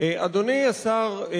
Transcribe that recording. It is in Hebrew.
אדוני השר,